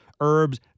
herbs